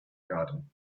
garden